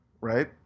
right